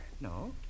No